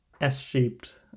S-shaped